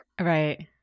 right